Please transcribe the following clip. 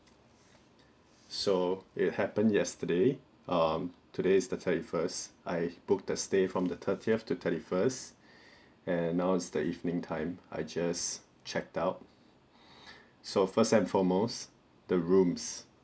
so it happened yesterday um today is the thirty first I booked that stay from the thirtieth to thirty first and now is the evening time I just checked out so first and foremost the rooms